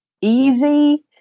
easy